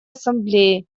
ассамблеи